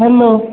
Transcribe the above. hello